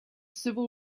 civil